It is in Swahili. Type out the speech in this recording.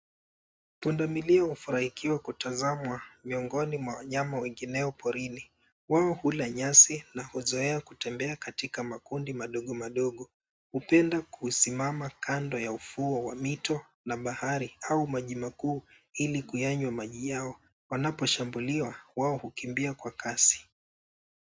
Pundamilia wafurahia kutazamwa miongoni mwa wanyama wengine porini. Wao hula nyasi na huzoea kutembea katika makundimadogomadogo. Hupenda kusimama kando ya ufuo wa mito na bahari au maji makuu ili kyanywa maji hayo. Wanaposhambuliwa wao hukimbia kwa kasi.